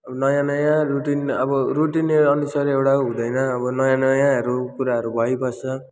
अब नयाँ नयाँ रुटिन अब रुटिननिर अनुसार एउटा हुँदैन अब नयाँ नयाँहरू कुराहरू भइबस्छ